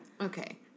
Okay